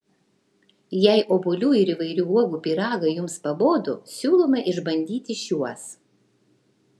jei obuolių ir įvairių uogų pyragai jums pabodo siūlome išbandyti šiuos